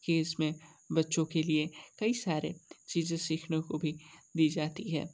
कि इसमें बच्चों के लिए कई सारे चीज़ें सीखने को भी दी जाती है